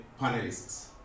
panelists